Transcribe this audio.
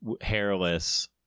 hairless